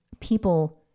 people